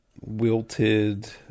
wilted